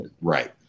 Right